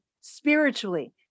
spiritually